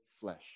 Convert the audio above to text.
flesh